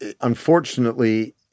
unfortunately